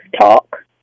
talk